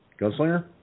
Gunslinger